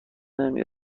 نمی